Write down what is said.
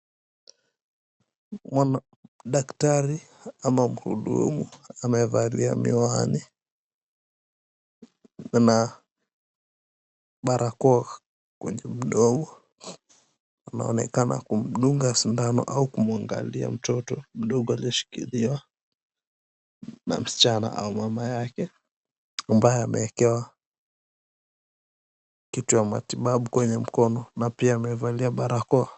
Daktari ama mhudumu, amevalia miwani na barakoa kwenye mdomo na anaonekana kumdunga sindano ama kumuangalia mtoto mdogo aliyeshikiliwa na msichana au mama yake ambaye amewekwa kitu ya matibabu kwenye mkono na pia amevaa barakoa kwenye mdomo.